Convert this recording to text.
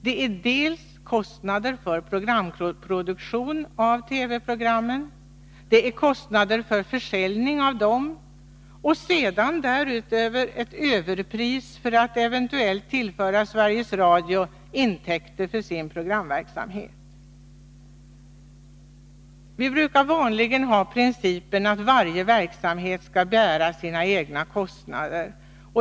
Det är dels kostnader för produktion av TV-programmen, dels kostnader för försäljning av dem och sedan därutöver ett överpris för att eventuellt tillföra Sveriges Radio intäkter för dess programverksamhet. Vi brukar vanligtvis tillämpa principen att varje verksamhet skall bära sina egna kostnader.